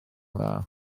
dda